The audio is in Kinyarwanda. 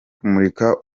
kumurika